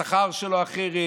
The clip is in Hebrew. השכר שלו אחרת,